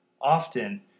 Often